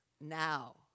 now